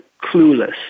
clueless